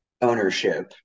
ownership